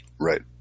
Right